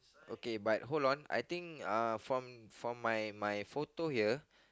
okay but hold I think uh from my from my my photo here